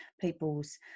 people's